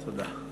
תודה.